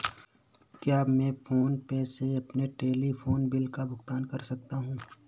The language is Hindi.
क्या मैं फोन पे से अपने टेलीफोन बिल का भुगतान कर सकता हूँ?